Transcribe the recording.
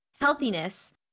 healthiness